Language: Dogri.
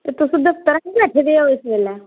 ते तुस दफ्तर निं हैन बैठे दे इस बेल्लै